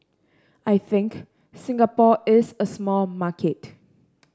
I think Singapore is a small market